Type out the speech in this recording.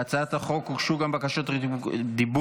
להצעת החוק הוגשו גם בקשות רשות דיבור.